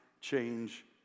change